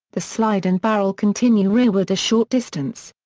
the slide and barrel continue rearward a short distance.